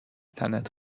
تنت